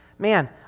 Man